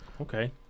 Okay